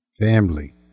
family